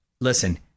listen